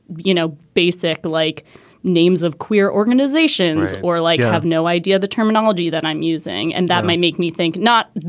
you know, basic like names of queer organizations or like i have no idea the terminology that i'm using and that might make me think not.